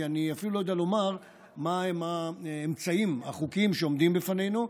כי אני אפילו לא יודע לומר מהם האמצעים החוקיים שעומדים בפנינו,